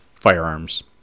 firearms